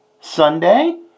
Sunday